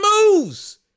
moves